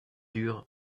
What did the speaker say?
dur